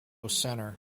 center